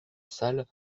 salle